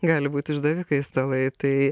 gali būt išdavikai stalai tai